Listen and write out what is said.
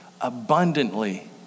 Abundantly